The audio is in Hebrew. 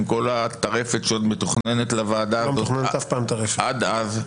עם כל הטרפת שעוד מתוכננת לוועדה הזאת עד אז.